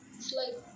is like